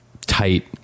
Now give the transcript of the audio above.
tight